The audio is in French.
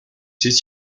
sais